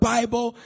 Bible